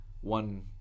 one